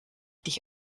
dich